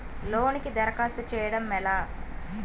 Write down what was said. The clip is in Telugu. లోనుకి దరఖాస్తు చేయడము ఎలా?